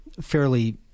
fairly